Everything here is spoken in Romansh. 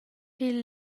pil